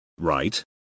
Right